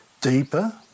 deeper